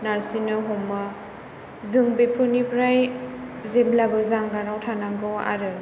नारसिनो हमो जों बेफोरनिफ्राय जेब्लाबो जानगाराव थानांगौ आरो